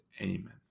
Amen